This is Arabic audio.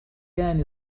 سكان